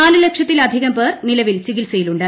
നാല് ലക്ഷത്തിലധികം പേർ നിലവിൽ ചികിത്സയിലുണ്ട്